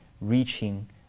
reaching